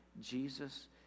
Jesus